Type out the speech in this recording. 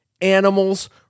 animals